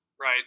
right